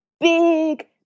big